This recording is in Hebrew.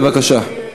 בבקשה.